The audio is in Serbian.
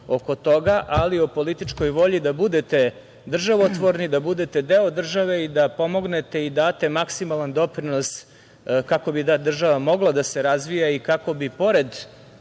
ali o političkoj volji da budete državotvorni, da budete deo države i da pomognete i date maksimalan doprinos kako bi ta država mogla da se razvija i kako bi pored